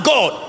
God